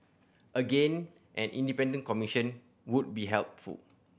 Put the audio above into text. again an independent commission would be helpful